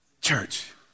Church